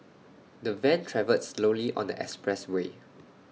the van travelled slowly on the expressway